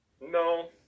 No